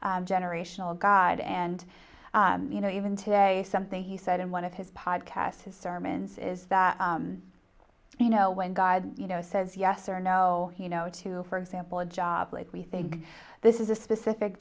i generational god and you know even today something he said in one of his pod casts his sermons is that you know when god you know says yes or no you know to for example a job like we think this is a specific